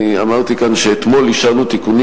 אני אמרתי כאן שאתמול אישרנו תיקונים